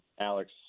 Alex